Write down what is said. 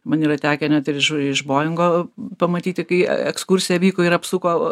man yra tekę net ir iš iš boingo pamatyti kai ekskursija vyko ir apsuko